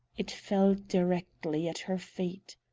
it fell directly at her feet.